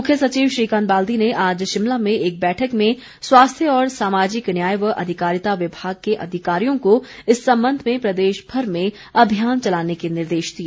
मुख्य सचिप श्रीकांत बाल्दी ने आज शिमला में एक बैठक में स्यास्थ्य और सामाजिक न्याय व अधिकारिता विभाग के अधिकारियों को इस संबंध में प्रदेश भर में अभियान चलाने के निर्देश दिए